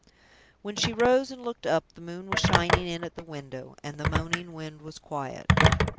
when she rose and looked up the moon was shining in at the window, and the moaning wind was quiet.